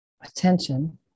attention